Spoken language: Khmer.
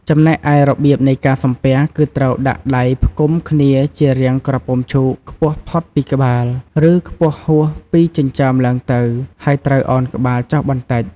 ចំណែកឯរបៀបនៃការសំពះគឺ ត្រូវដាក់ដៃផ្គុំគ្នាជារាងក្រពុំឈូកខ្ពស់ផុតពីក្បាល ឬខ្ពស់ហួសពីចិញ្ចើមឡើងទៅ ហើយត្រូវឱនក្បាលចុះបន្តិច។